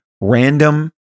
random